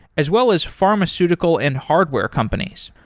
as well as pharmaceutical and hardware companies.